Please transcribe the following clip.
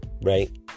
right